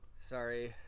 sorry